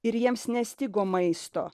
ir jiems nestigo maisto